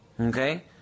Okay